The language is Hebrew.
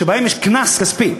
שבהן יש קנס כספי.